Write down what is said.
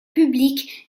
publique